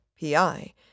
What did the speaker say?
PI